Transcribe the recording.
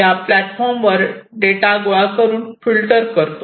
हा platform data गोळा करून फिल्टर करतो